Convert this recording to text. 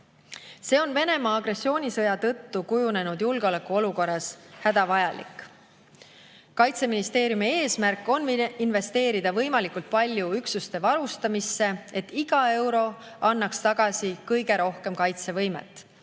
See on Venemaa agressioonisõja tõttu kujunenud julgeolekuolukorras hädavajalik. Kaitseministeeriumi eesmärk on investeerida võimalikult palju üksuste varustamisse, et iga euro annaks tagasi kõige rohkem kaitsevõimet.